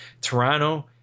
Toronto